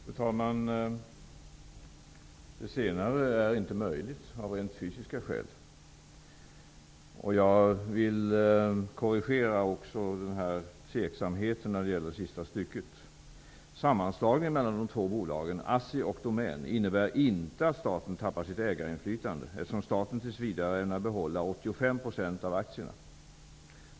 Fru talman! Det senare är av rent fysiska skäl inte möjligt. Jag vill också undanröja tveksamheten när det gäller det avslutande stycket i svaret. Domän innebär inte att staten förlorar sitt ägarinflytande, eftersom staten tills vidare ämnar behålla 85 % av aktierna.